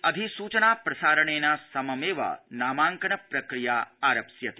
अधिसूचना प्रसारणेन सममेव नामाङ्कन प्रक्रिया आरप्स्यते